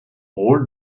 rôle